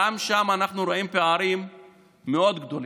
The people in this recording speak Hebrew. גם שם אנחנו רואים פערים מאוד גדולים.